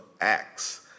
Acts